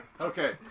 Okay